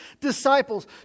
disciples